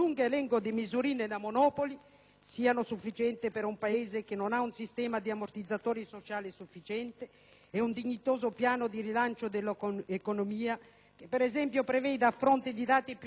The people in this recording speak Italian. siano sufficienti per un Paese che non ha un sistema di ammortizzatori sociali sufficiente né un dignitoso piano di rilancio dell'economia che, per esempio, preveda, a fronte di dati più negativi rispetto agli altri Paesi,